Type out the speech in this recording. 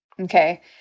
okay